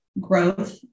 growth